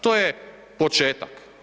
To je početak.